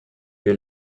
que